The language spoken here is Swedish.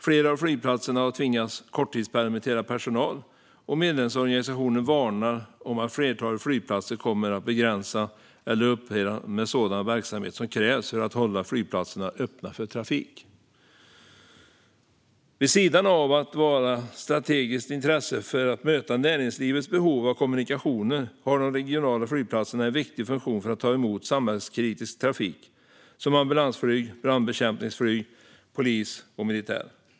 Flera av flygplatserna har tvingats korttidspermittera personal, och medlemsorganisationen varnar för att flertalet flygplatser kommer att begränsa eller upphöra med sådan verksamhet som krävs för att hålla flygplatserna öppna för trafik. Vid sidan av att vara av strategiskt intresse för att möta näringslivets behov av kommunikationer har de regionala flygplatserna en viktig funktion för att ta emot samhällskritisk trafik som ambulansflyg, brandbekämpningsflyg, polis och militär.